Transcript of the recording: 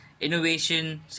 innovation